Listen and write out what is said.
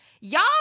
Y'all